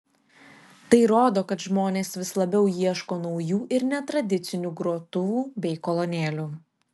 tai rodo kad žmonės vis labiau ieško naujų ir netradicinių grotuvų bei kolonėlių